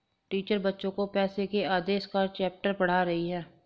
teacher बच्चो को पैसे के आदेश का चैप्टर पढ़ा रही हैं